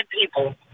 people